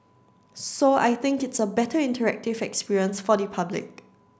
so I think it's a better interactive experience for the public